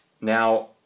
Now